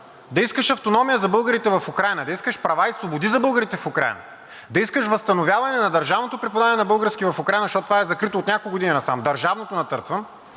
да искаш автономия за българите в Украйна, да искаш права и свободи за българите в Украйна, да искаш възстановяване на държавното припознаване на българския език в Украйна, защото това е закрито от няколко години насам – „държавното“ натъртвам